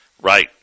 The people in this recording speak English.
right